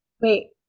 Wait